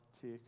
tick